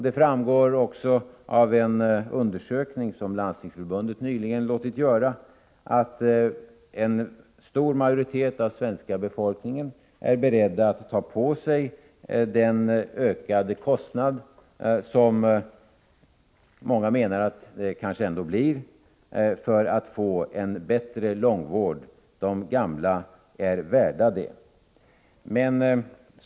Det framgår också av en undersökning som Landstingsförbundet nyligen låtit göra att en stor majoritet av den svenska befolkningen är beredd att ta på sig den ökade kostnad som många menar att det kanske ändå blir för att få en bättre långvård — de gamla är värda det.